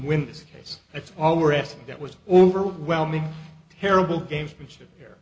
case that's all we're asking that was overwhelming terrible gamesmanship here